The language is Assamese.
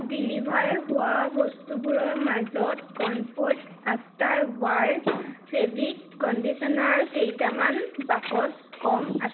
ডেলিভাৰ হোৱা বস্তুবোৰৰ মাজত Comfort after wash fabric conditioner কেইটামান বাকচ কম আছে